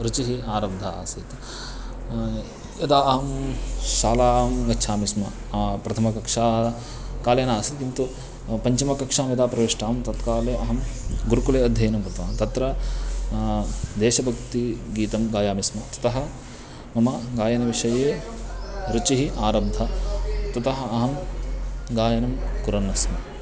रुचिः आरब्धः आसीत् यदा अहं शालां गच्छामि स्म प्रथमकक्षा काले न आसीत् किन्तु पञ्चमकक्षां यदा प्रविष्टं तत्काले अहं गुरुकुले अध्ययनं कृतवान् तत्र देशभक्तिगीतं गायामि स्म ततः मम गायनविषये रुचिः आरब्धा ततः अहं गायनं कुरन्नस्मि